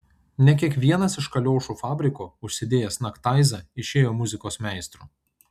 ne kiekvienas iš kaliošų fabriko užsidėjęs naktaizą išėjo muzikos meistru